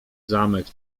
zamek